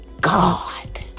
God